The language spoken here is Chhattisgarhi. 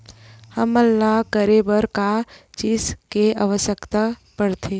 हमन ला करे बर का चीज के आवश्कता परथे?